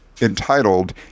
entitled